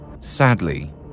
Sadly